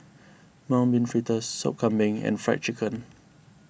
Mung Bean Fritters Sop Kambing and Fried Chicken